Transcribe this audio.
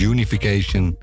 Unification